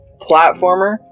platformer